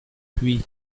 puis